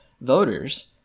voters